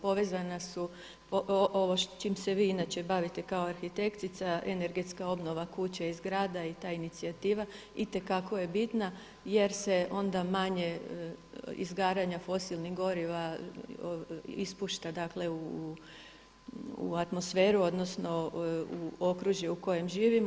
Povezana su ovo čim se vi inače bavite kao arhitektica, energetska obnova kuće i zgrada i ta inicijativa itekako je bitna jer se onda manje izgaranja fosilnih goriva ispušta, dakle u atmosferu, odnosno u okružje u kojem živimo.